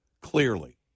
clearly